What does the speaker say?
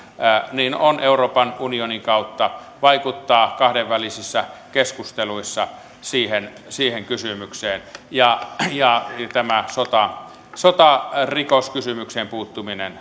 on euroopan unionin kautta kahdenvälisissä keskusteluissa vaikuttaminen siihen kysymykseen ja ja tämä sotarikoskysymykseen puuttuminen